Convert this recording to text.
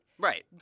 Right